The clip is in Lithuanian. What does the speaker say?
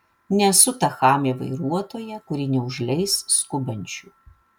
nesu ta chamė vairuotoja kuri neužleis skubančių